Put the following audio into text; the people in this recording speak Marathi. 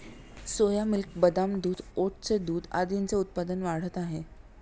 सोया मिल्क, बदाम दूध, ओटचे दूध आदींचे उत्पादन वाढत आहे